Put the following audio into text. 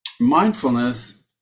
Mindfulness